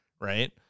right